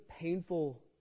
painful